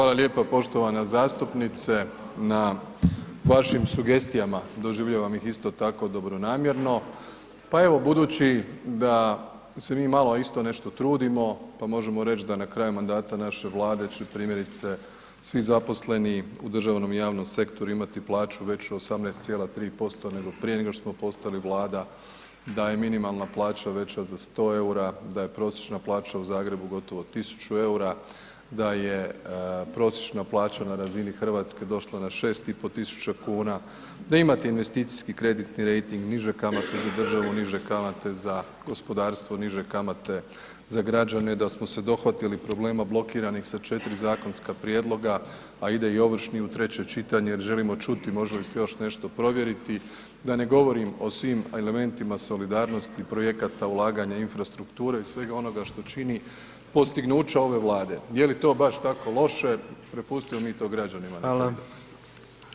Hvala lijepa poštovana zastupnice na vašim sugestijama, doživljavam ih isto tako dobronamjerno, pa evo budući da se mi malo isto nešto trudimo, pa možemo reć da na kraju mandata naše Vlade će primjerice svi zaposleni u držanom i javnom sektoru imati plaću 18,3% nego prije nego što smo postali Vlada, da je minimalna plaća veća za 100,00 EUR-a, da je prosječna plaća u Zagrebu gotovo 1,000,00 EUR-a, da je prosječna plaća na razini RH došla na 6.500,00 kn, da imate investicijski kreditni rejting, niže kamate, za državu niže kamate za gospodarstvo, niže kamate za građane, da smo se dohvatili problema blokiranih sa 4 zakonska prijedloga, a ide i ovršni u treće čitanje jer želimo čuti može li se još nešto provjeriti, da ne govorim o svim elementima solidarnosti projekata ulaganja infrastrukture i svega onoga što čini postignuća ove Vlade, je li to baš tako loše, prepustimo mi to građanima